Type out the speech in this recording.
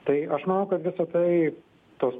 tai aš manau kad visa tai tos